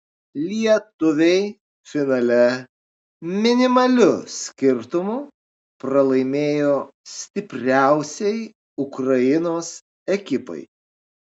lietuviai finale minimaliu skirtumu pralaimėjo stipriausiai ukrainos ekipai